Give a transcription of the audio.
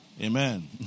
Amen